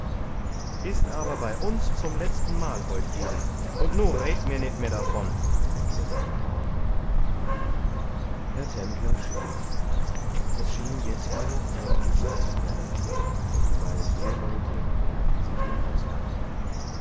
ist aber bei uns zum letztenmal heut geb'n und nu red mir nit mehr davon erwiderte die frau herr tendler schwieg es schien jetzt nur noch ein licht zu brennen und die beiden eheleute näherten sich dem ausgange